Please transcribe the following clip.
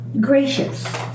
gracious